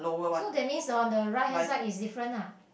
so that's mean on the right hand side is different lah